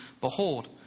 Behold